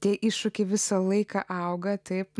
tie iššūkiai visą laiką auga taip